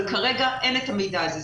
כרגע אין את המידע הזה.